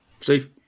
Steve